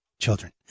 children